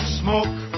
smoke